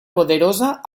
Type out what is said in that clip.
poderosa